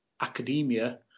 academia